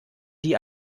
die